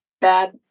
bad